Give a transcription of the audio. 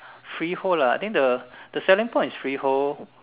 free hold lah then the the selling point is free hold